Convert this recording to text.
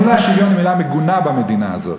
המילה שוויון היא מילה מגונה במדינה הזאת.